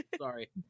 Sorry